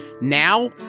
now